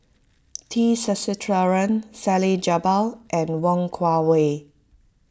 T Sasitharan Salleh Japar and Wong Kwei Cheong